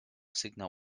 sygnał